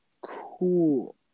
Cool